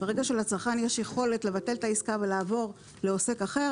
ברגע שלצרכן יש את היכולת לבטל את העסקה ולעבור לעוסק אחר,